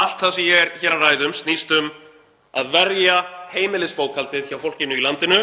Allt það sem ég er hér að ræða um snýst um að verja heimilisbókhaldið hjá fólkinu í landinu,